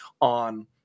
on